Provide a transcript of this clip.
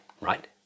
right